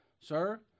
Sir